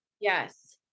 Yes